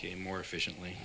came more efficiently